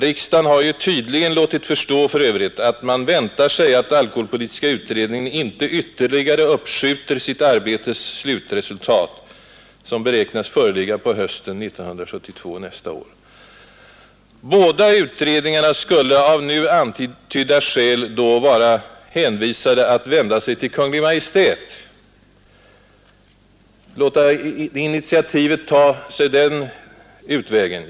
Riksdagen har för övrigt tydligt låtit förstå att man väntar sig att alkoholpolitiska utredningen inte ytterligare uppskjuter sitt arbetes slutresultat, som beräknas föreligga på hösten 1972, alltså nästa år. Båda utredningarna skulle av nu antydda skäl vara hänvisade till att för ett sådant initiativ vända sig till Kungl. Maj:t.